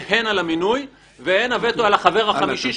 הן על המינוי והן הווטו על החבר החמישי,